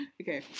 Okay